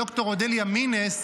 ד"ר אודליה מינס,